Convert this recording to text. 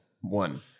One